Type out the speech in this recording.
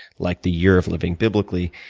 like the year of living biblically.